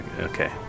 Okay